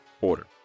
order